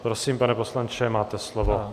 Prosím, pane poslanče, máte slovo.